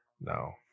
No